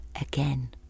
again